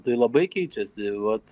tai labai keičiasi vat